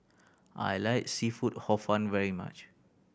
I like seafood Hor Fun very much